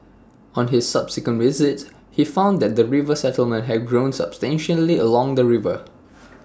on his subsequent visits he found that the river settlement had grown substantially along the river